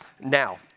Now